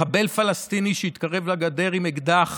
מחבל פלסטיני שהתקרב לגדר עם אקדח